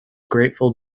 grateful